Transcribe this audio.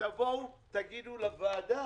תבואו, תגידו לוועדה